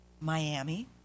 Miami